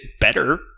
better